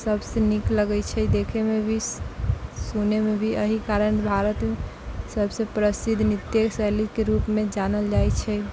सभ से नीक लगै छै देखैमे भी सुनैमे भी एही कारण भारत सभ से प्रसिद्ध नृत्य शैलीके रूपमे जानल जाइ छै